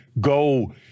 go